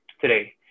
today